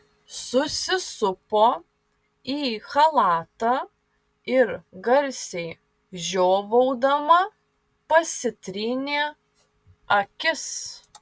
susisupo į chalatą ir garsiai žiovaudama pasitrynė akis